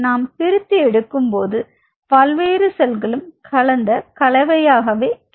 நாம் பிரித்து எடுக்கும் போது பல்வேறு செல்களும் கலந்த கலவை கிடைக்கும்